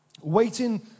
waiting